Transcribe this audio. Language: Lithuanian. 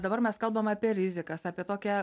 dabar mes kalbam apie rizikas apie tokią